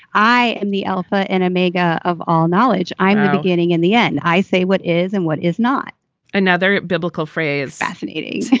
i am the alpha and omega of all knowledge. i'm the beginning and the end. i say what is and what is not another biblical phrase fascinating.